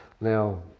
Now